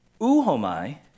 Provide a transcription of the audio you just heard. uhomai